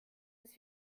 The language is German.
dass